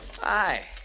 Hi